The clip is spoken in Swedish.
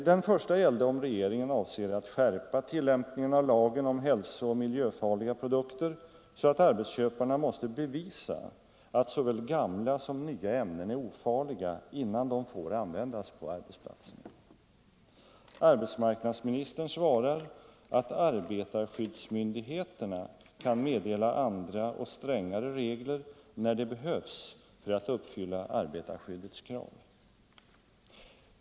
Den första gällde om regeringen avser att skärpa tillämpningen av lagen om hälsooch miljöfarliga produkter så att arbetsköparna måste bevisa att såväl gamla som nya ämnen är ofarliga, innan de får användas på arbetsplatserna. Arbetsmarknadsministern svarar att arbetarskyddsmyndigheterna kan meddela andra och strängare regler när det behövs för att uppfylla arbetarskyddets krav.